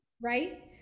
Right